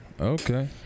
Okay